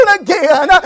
again